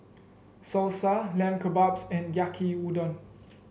Salsa Lamb Kebabs and Yaki Udon